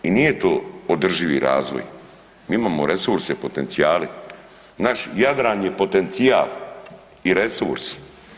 I nije to održivi razvoj, mi imamo resurse, potencijale, naš Jadran je potencijal i resurs.